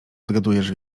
odgadujesz